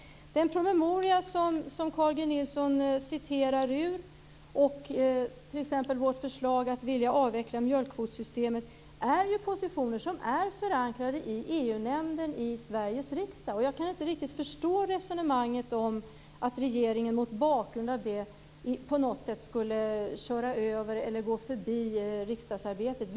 Den promemoria som Carl G Nilsson citerar ur och t.ex. vårt förslag om att avveckla mjölkkvotssystemet innehåller ju positioner som är förankrade i EU nämnden i Sveriges riksdag. Jag kan inte riktigt förstå resonemanget om att regeringen mot bakgrund av detta på något sätt skulle köra över eller gå förbi riksdagsarbetet.